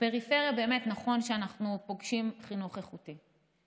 בפריפריה באמת נכון שאנחנו פוגשים חינוך איכותי,